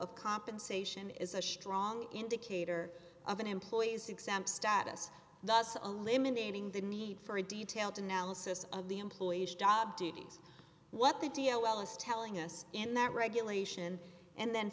of compensation is a strong indicator of an employee's exempt status thus eliminating the need for a detailed analysis of the employee duties what the d l l is telling us in that regulation and then